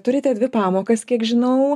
turite dvi pamokas kiek žinau